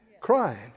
Crying